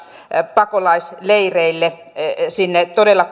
pakolaisleireille todella